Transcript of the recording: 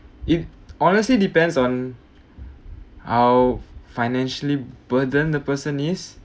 it honestly depends on how financially burdened the person is